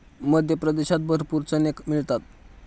मध्य प्रदेशात भरपूर चणे मिळतात